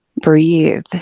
breathe